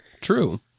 true